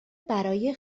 برای